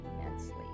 immensely